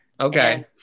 Okay